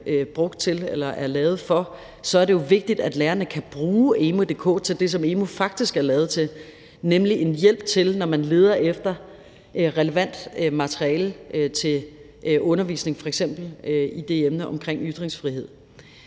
brugt til eller er lavet for, så er det jo vigtigt, at lærerne kan bruge emu.dk til det, som det faktisk er lavet til, nemlig en hjælp, når man leder efter relevant materiale, f.eks. om emnet ytringsfrihed.